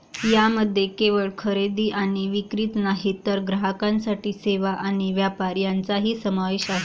यामध्ये केवळ खरेदी आणि विक्रीच नाही तर ग्राहकांसाठी सेवा आणि व्यापार यांचाही समावेश आहे